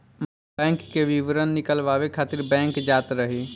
bank के विवरण निकालवावे खातिर बैंक जात रही